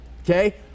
Okay